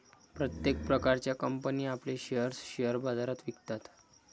प्रत्येक प्रकारच्या कंपनी आपले शेअर्स शेअर बाजारात विकतात